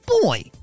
boy